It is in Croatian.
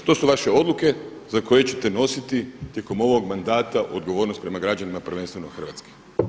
To su vaše odluke za koje ćete nositi tijekom ovog mandata odgovornost prema građanima, prvenstveno hrvatskim.